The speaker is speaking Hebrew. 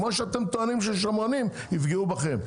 כמו שאתם טוענים ששמרנים יפגעו בכם.